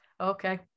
Okay